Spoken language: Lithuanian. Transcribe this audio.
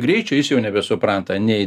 greičio jis jau nebesupranta nei